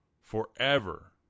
forever